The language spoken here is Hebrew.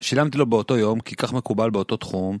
שילמתי לו באותו יום, כי כך מקובל באותו תחום.